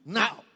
now